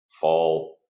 fall